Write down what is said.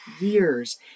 years